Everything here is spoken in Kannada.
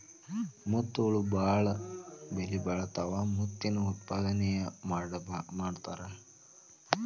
ಮುತ್ತುಗಳು ಬಾಳ ಬೆಲಿಬಾಳತಾವ ಮುತ್ತಿನ ಉತ್ಪಾದನೆನು ಮಾಡತಾರ